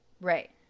Right